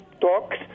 talks